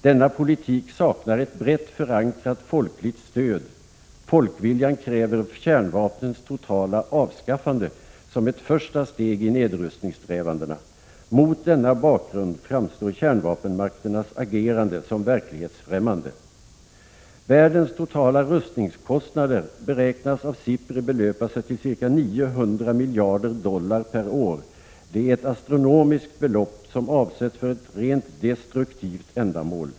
Denna politik saknar ett brett förankrat folkligt stöd. Folkviljan kräver kärnvapnens totala avskaffande som ett första steg i nedrustningssträvandena. Mot denna bakgrund framstår kärnvapenmakternas agerande som verklighetsfrämmande. Världens totala rustningskostnader beräknas av SIPRI belöpa sig till ca 900 miljarder dollar per år. Det är ett astronomiskt belopp, som avsätts för ett rent destruktivt ändamål.